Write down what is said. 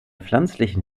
pflanzlichen